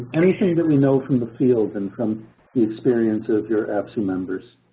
anything that we know from the field and from the experience of your apse members?